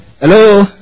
Hello